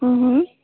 હં હં